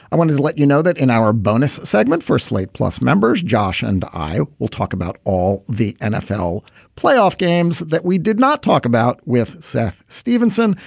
i wanted to let you know that in our bonus segment for slate plus members, josh and i will talk about all the nfl playoff games that we did not talk about with seth stevenson.